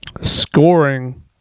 scoring